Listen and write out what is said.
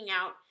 out